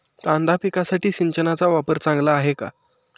कांदा पिकासाठी सिंचनाचा वापर चांगला आहे का?